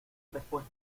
después